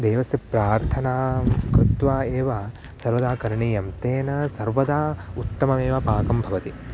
देवस्य प्रार्थनां कृत्वा एव सर्वदा करणीयं तेन सर्वदा उत्तममेव पाकं भवति